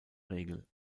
regel